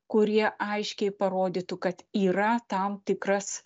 kurie aiškiai parodytų kad yra tam tikras